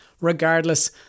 Regardless